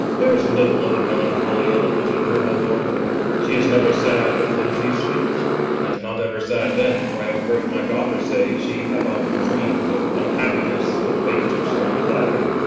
there's little of the melancholy element in her, my lord she is never sad but when she sleeps and not ever sad then, for i have heard my daughter say, she hath often dreamed of unhappiness and waked herself with laughing.